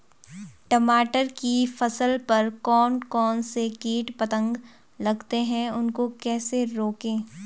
टमाटर की फसल पर कौन कौन से कीट पतंग लगते हैं उनको कैसे रोकें?